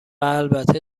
البته